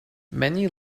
many